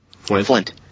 flint